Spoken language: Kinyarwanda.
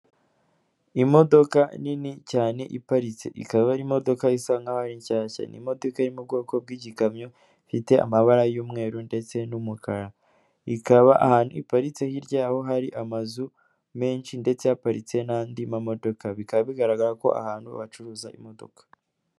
Imodoka nini cyane iparitse, ikaba ari imodoka isa nk'aho ari nshyashya. Ni imodoka yo mu bwoko bw'igikamyo ifite amabara y'umweru ndetse n'umukara, ikaba ahantu iparitse hirya yaho hari amazu menshi ndetse yaparitse n'andi mamodoka, bikaba bigaragara ko ari ahantu hacuruzwa imodoka.